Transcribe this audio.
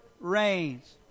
reigns